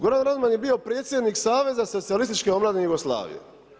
Goran Radman je bio predsjednik saveza Socijalističke obrane Jugoslavije.